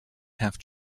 half